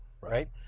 Right